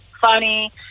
funny